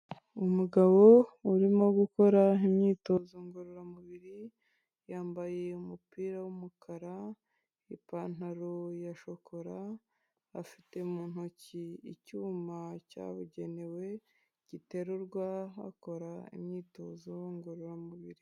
Umugabo urimo gukora imyitozo ngororamubiri yambaye umupira w'umukara ipantaro ya shokora afite mu ntoki icyuma cyabugenewe giterurwa akora imyitozo ngororamubiri.